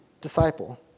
disciple